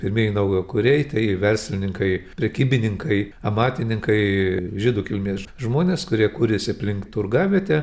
pirmieji naujakuriai tai verslininkai prekybininkai amatininkai žydų kilmės žmonės kurie kuriasi aplink turgavietę